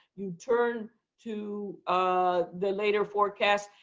you turn to ah the later forecasts.